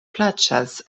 plaĉas